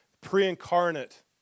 pre-incarnate